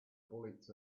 bullets